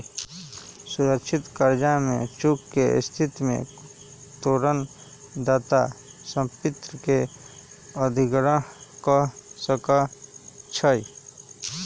सुरक्षित करजा में चूक के स्थिति में तोरण दाता संपत्ति के अधिग्रहण कऽ सकै छइ